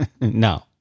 No